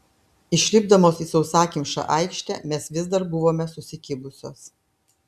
išlipdamos į sausakimšą aikštę mes vis dar buvome susikibusios